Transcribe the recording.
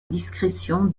discrétion